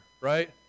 right